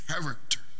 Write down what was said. character